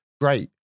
great